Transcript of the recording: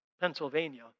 Pennsylvania